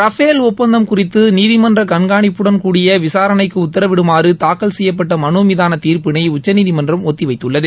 Rafale ஒப்பந்தம் குறித்து நீதிமன்ற கண்காணிப்புடன் கூடிய விசாரணைக்கு உத்தரவிடுமாறு தாக்கல் செய்யப்பட்ட மனு மீதான தீர்ப்பிளை உச்சநீதிமன்றம் ஒத்தி வைத்துள்ளது